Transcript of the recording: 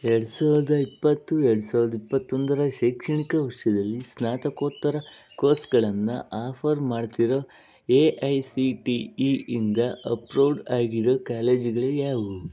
ಎರ್ಡು ಸಾವಿರ್ದ ಇಪ್ಪತ್ತು ಎರ್ಡು ಸಾವಿರ್ದ ಇಪ್ಪತ್ತೊಂದರ ಶೈಕ್ಷಣಿಕ ವರ್ಷದಲ್ಲಿ ಸ್ನಾತಕೋತ್ತರ ಕೋರ್ಸ್ಗಳನ್ನು ಆಫರ್ ಮಾಡ್ತಿರೋ A I C T E ಇಂದ ಅಪ್ರೂವ್ಡ್ ಆಗಿರೋ ಕಾಲೇಜುಗಳು ಯಾವುವು